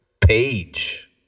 page